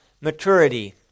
maturity